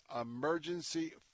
emergency